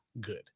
good